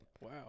Wow